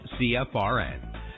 CFRN